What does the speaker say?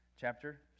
Chapter